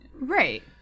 right